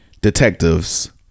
Detectives